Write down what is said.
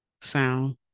sound